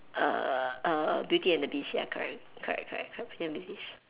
err err beauty and the beast ya correct correct correct correct beauty and the beast